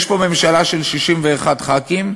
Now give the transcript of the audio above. יש פה ממשלה של 61 חברי כנסת,